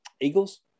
eagles